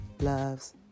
loves